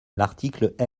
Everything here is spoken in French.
l’article